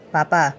Papa